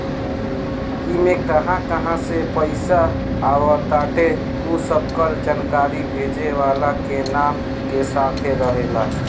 इमे कहां कहां से पईसा आवताटे उ सबकर जानकारी भेजे वाला के नाम के साथे रहेला